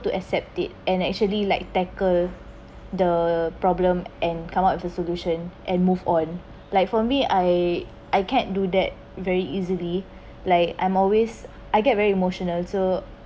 to accept it and actually like tackle the problem and come up with a solution and move on like for me I I can't do that very easily like I'm always I get very emotional so